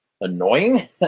annoying